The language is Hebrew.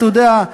אתה יודע,